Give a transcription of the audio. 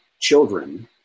children